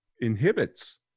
inhibits